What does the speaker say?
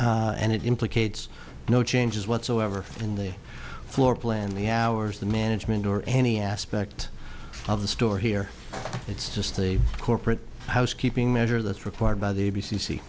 n and it implicates no changes whatsoever in the floor plan the hours the management or any aspect of the store here it's just a corporate housekeeping measure that's required by the